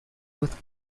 with